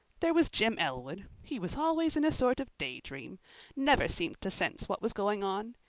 there was jim elwood he was always in a sort of day-dream never seemed to sense what was going on.